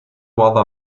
other